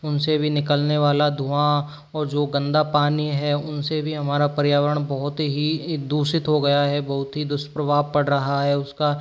उनसे भी निकलने वाला धुआँ और जो गंदा पानी है उनसे भी हमारा पर्यावरण बहुत ही दूषित हो गया है बहुत ही दुष्प्रभाव पड़ रहा है उसका